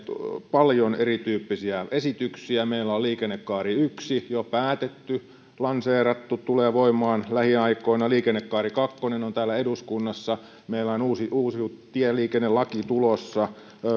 paljon erityyppisiä esityksiä meillä on liikennekaari yksi jo päätetty lanseerattu tulee voimaan lähiaikoina liikennekaari kakkonen on täällä eduskunnassa meillä on uusi uusi tieliikennelaki tulossa